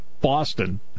Boston